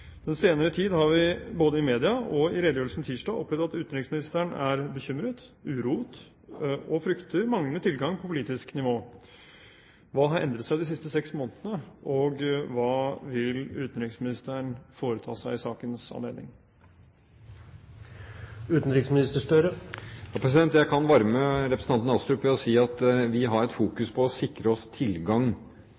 Den senere tid har vi både i media og i redegjørelsen tirsdag opplevd at utenriksministeren er bekymret, uroet og frykter manglende tilgang på politisk nivå. Hva har endret seg de siste seks månedene, og hva vil utenriksministeren foreta seg i sakens anledning? Jeg kan varme representanten Astrup ved å si at vi